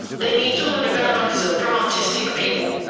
they need to learn about autism from autistic people.